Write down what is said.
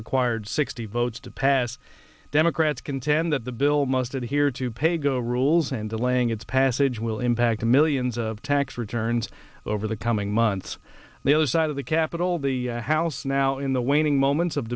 required sixty votes to pass democrats contend that the bill must adhere to paygo rules and delaying its passage will impact millions of tax returns over the coming months the other side of the capitol the house now in the waning moments of